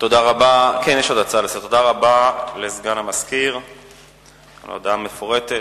תודה רבה לסגן המזכיר על ההודעה המפורטת.